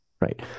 Right